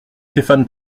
stéphane